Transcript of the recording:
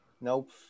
Nope